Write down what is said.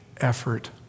effort